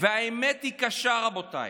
והאמת היא קשה, רבותיי.